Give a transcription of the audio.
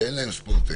שאין להם ספורטק,